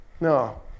no